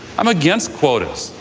i'm against quotas.